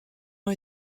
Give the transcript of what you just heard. ont